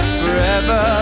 forever